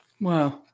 Wow